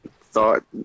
thought